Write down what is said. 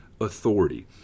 authority